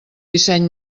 disseny